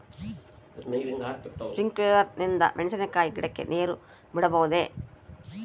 Sprinkler ನಿಂದ ಮೆಣಸಿನಕಾಯಿ ಗಿಡಕ್ಕೆ ನೇರು ಬಿಡಬಹುದೆ?